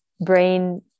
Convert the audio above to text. brain